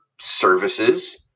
services